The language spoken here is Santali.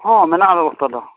ᱦᱮᱸ ᱢᱮᱱᱟᱜᱼᱟ ᱵᱮᱵᱚᱥᱛᱷᱟ ᱫᱚ